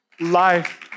life